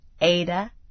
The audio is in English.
Ada